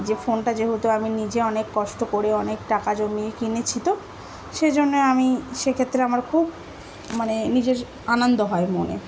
যে ফোনটা যেহেতু আমি নিজে অনেক কষ্ট করে অনেক টাকা জমিয়ে কিনেছি তো সেইজন্যে আমি সেক্ষেত্রে আমার খুব মানে নিজের আনন্দ হয় মনে